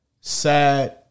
sad